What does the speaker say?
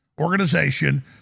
organization